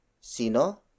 Sino